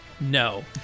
No